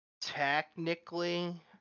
technically